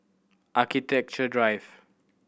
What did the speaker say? Architecture Drive